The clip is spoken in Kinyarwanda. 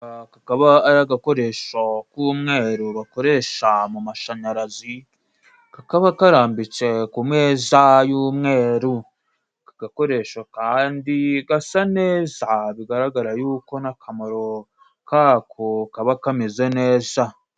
Aka kakaba ari agakoresho k'umweru bakoresha mu mashanyarazi, kakaba karambitse ku meza y'umweru, aka gakoresho kandi gasa neza, bigaragara yuko n'akamaro kako kaba kameze neza.